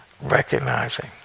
recognizing